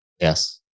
Yes